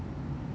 eatery